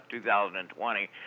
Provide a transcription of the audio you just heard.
2020